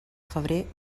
febrer